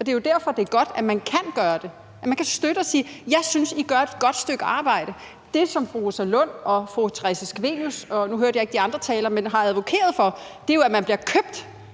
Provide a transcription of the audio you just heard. og det er derfor, at det er godt, at man kan gøre det, altså at man kan støtte det og sige: Jeg synes, at I gør et godt stykke arbejde. Det, som fru Rosa Lund og fru Theresa Scavenius, og nu hørte jeg ikke de andre talere, har advokeret for, er jo, at man bliver købt,